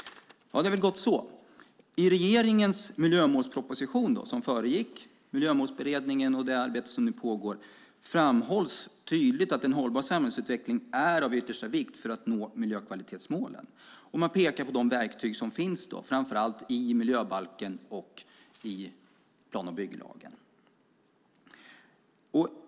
Ja, det är väl gott så. I regeringens miljömålsproposition, som föregick Miljömålsberedningen och det arbete som nu pågår, framhålls tydligt att en hållbar samhällsutveckling är av yttersta vikt för att nå miljökvalitetsmålen. Man pekar på de verktyg som finns, framför allt i miljöbalken och plan och bygglagen.